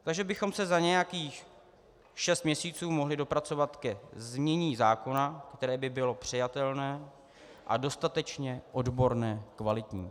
Takže bychom se za nějakých šest měsíců mohli dopracovat ke znění zákona, které by bylo přijatelné a dostatečně odborné a kvalitní.